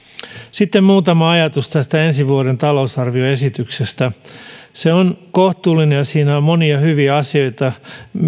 sitten muutama ajatus tästä ensi vuoden talousarvioesityksestä se on kohtuullinen ja siinä on monia hyviä asioita